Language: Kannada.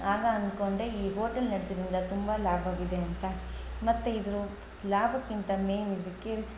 ಆಗ ಅನ್ಕೊಂಡೆ ಈ ಹೋಟೆಲ್ ನಡೆಸೋದ್ರಿಂದ ತುಂಬ ಲಾಭವಿದೆ ಅಂತ ಮತ್ತು ಇದು ಲಾಭಕ್ಕಿಂತ ಮೇನ್ ಇದಕ್ಕೆ